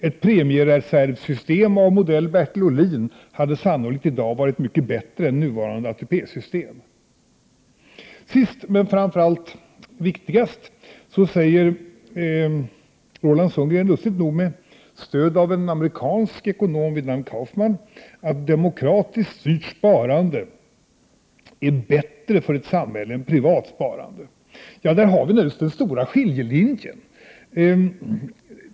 Ett premiereservsystem av modell Bertil Ohlin hade sannolikt i dag varit mycket bättre än nuvarande ATP-system. Sist men viktigast: Roland Sundgren hävdar, lustigt nog med stöd av en amerikansk ekonom vid namn Kaufmann, att demokratiskt styrt sparande är bättre för samhället än privat sparande. Där har vi den stora skiljelinjen.